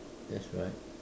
that's right